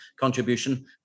contribution